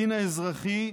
בדין האזרחי,